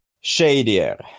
shadier